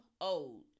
old